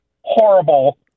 horrible